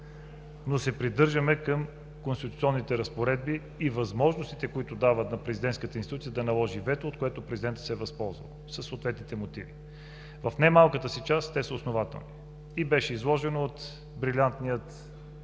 но се придържаме към конституционните разпоредби и възможностите, които дават на президентската институция да наложи вето, от което президентът се е възползвал със съответните мотиви. В немалката си част те са основателни. И беше изложено от брилянтния